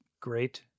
great